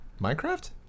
Minecraft